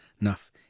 enough